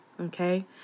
okay